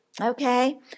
Okay